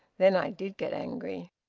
then i did get angry.